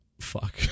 Fuck